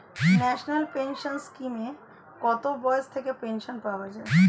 National pension স্কিমে কত বয়স থেকে পেনশন পাওয়া যায়?